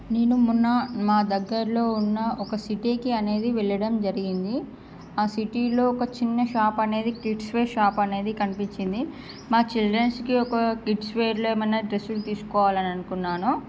నేను మొన్న మా దగ్గరలో ఉన్న ఒక సిటీకి అనేది వెళ్లడం జరిగింది ఆ సిటీలో ఒక చిన్న షాపు అనేది కిడ్స్ వేర్ షాపు అనేది కనిపించింది మా చిల్డ్రన్స్కి ఒక కిడ్స్ వేర్లో ఏమైనా డ్రెస్సులు తీసుకోవాలి అని అనుకున్నాను